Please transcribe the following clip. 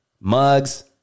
mugs